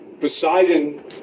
Poseidon